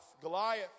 Goliath